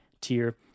tier